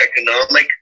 economic